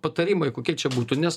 patarimai kokie čia būtų nes